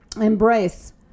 embrace